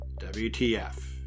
WTF